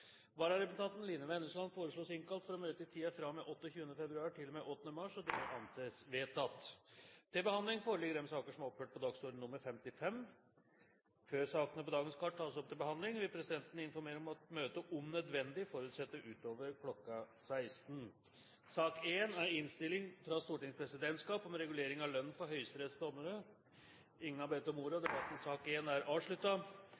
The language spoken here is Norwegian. Vararepresentanten, Line Vennesland, innkalles for å møte i permisjonstiden fra og med 28. februar til og med 8. mars. Før sakene på dagens kart tas opp til behandling vil presidenten informere om at møtet – om nødvendig – fortsetter utover kl. 16.00 til dagens kart er ferdigbehandlet. Ingen har bedt om ordet. Etter ønske fra utenriks- og